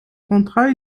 contrat